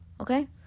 okay